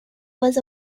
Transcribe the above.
was